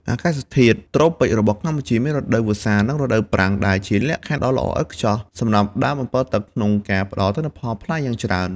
អាកាសធាតុត្រូពិចរបស់កម្ពុជាមានរដូវវស្សា និងរដូវប្រាំង ដែលជាលក្ខខណ្ឌដ៏ល្អឥតខ្ចោះសម្រាប់ដើមអម្ពិលទឹកក្នុងការផ្តល់ទិន្នផលផ្លែយ៉ាងច្រើន។